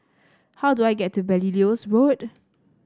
how do I get to Belilios Road